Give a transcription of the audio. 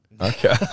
Okay